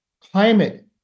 climate